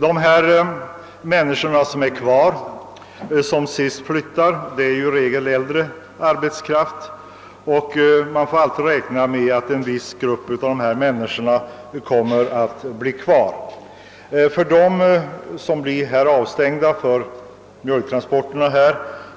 De människor som flyttar sist är i allmänhet äldre arbetskraft. Man får räkna med att vissa av dessa människor kommer att bli kvar. De som blir avstängda från mjölktransporterna